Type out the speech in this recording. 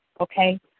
okay